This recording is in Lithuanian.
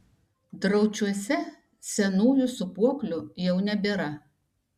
draučiuose senųjų sūpuoklių jau nebėra